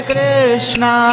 Krishna